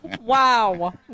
Wow